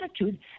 attitude